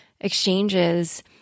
exchanges